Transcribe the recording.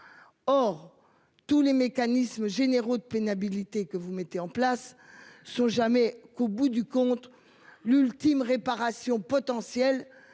Or tous les mécanismes généraux de pénibilité que vous mettez en place sont jamais qu'au bout du compte l'ultime réparations potentielles